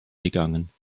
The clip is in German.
begangen